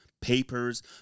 papers